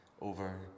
over